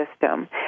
system